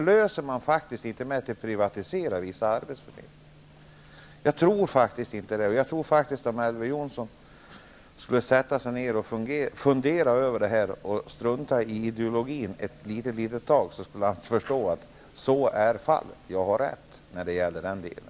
Lösningen är faktiskt inte att privatisera vissa arbetsförmedlingar. Om Elver Jonsson funderade över dessa saker och för en liten stund struntade i ideologin, skulle han förstå att det är som jag säger, dvs. att jag har rätt i den delen.